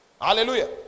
Hallelujah